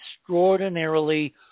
extraordinarily